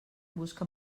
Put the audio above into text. busca